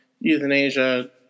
euthanasia